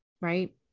right